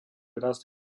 rast